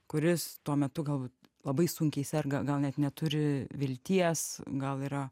kuris tuo metu gal labai sunkiai serga gal net neturi vilties gal yra